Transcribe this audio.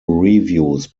reviews